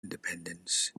independence